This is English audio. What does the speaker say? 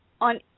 on